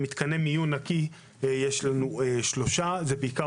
מתקני מיון נקי יש לנו שלושה שבעיקר